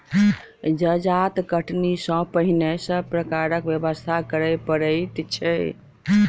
जजाति कटनी सॅ पहिने सभ प्रकारक व्यवस्था करय पड़ैत छै